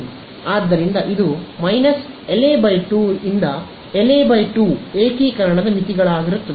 ಆದ್ದರಿಂದ ಇದು −LA 2 ರಿಂದ LA 2 ಏಕೀಕರಣದ ಮಿತಿಗಳಾಗಿರುತ್ತದೆ